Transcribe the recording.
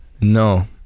No